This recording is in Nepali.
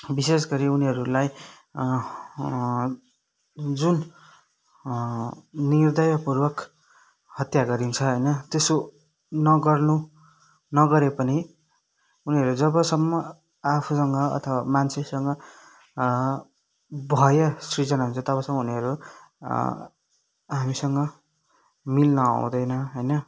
विशेष गरी उनीहरूलाई जुन निर्दयपूर्वक हत्या गरिन्छ होइन त्यसो नगर्नु नगरे पनि उनीहरू जबसम्म आफूसँग अथवा मान्छेसँग भय सृजना हुन्छ तबसम्म उनीहरू हामीसँग मिल्न आउँदैन होइन